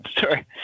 Sorry